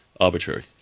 arbitrary